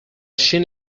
scena